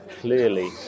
clearly